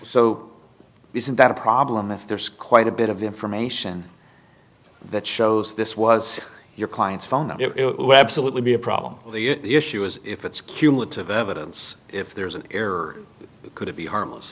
so isn't that a problem if there's quite a bit of information that shows this was your client's phone it were absolutely be a problem the issue is if it's cumulative evidence if there's an error could it be harmless